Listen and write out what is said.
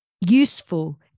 useful